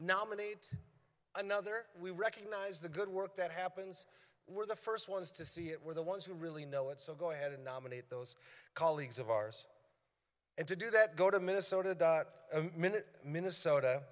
nominate another we recognize the good work that happens we're the first ones to see it we're the ones who really know it so go ahead and nominate those colleagues of ours and to do that go to minnesota minute minnesota